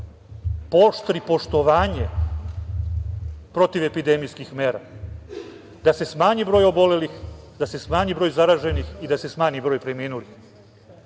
pooštri poštovanje protivepidemijskih mera, da se smanji broj obolelih, da se smanji broj zaraženih i da se smanji broj preminulih